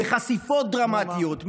בחשיפות דרמטיות,